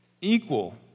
Equal